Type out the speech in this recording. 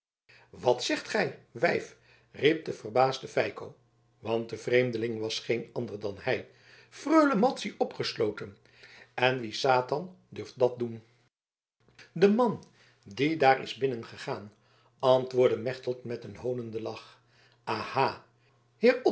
wat zegt gij wijf riep de verbaasde feiko want de vreemdeling was geen ander dan hij freule madzy opgesloten en wie satan durft dat doen de man die daar is binnengegaan antwoordde mechtelt met een hoonenden lach aha